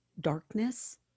Darkness